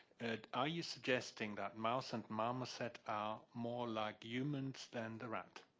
and are you suggesting that mouse and marmoset are more like humans than the rat?